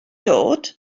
dod